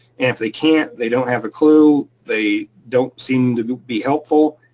and if they can't, they don't have a clue, they don't seem to be be helpful,